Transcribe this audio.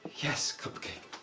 yes, cupcake?